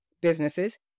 businesses